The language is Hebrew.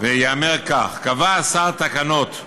וייאמר בו כך: "קבע השר תקנות,